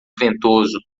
ventoso